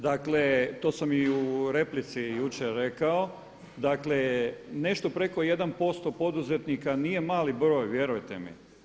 Dakle, to sam i u replici jučer rekao, dakle nešto preko 1% poduzetnika nije mali broj vjerujte mi.